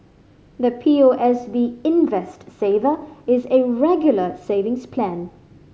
the P O S B Invest Saver is a Regular Savings Plan